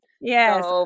yes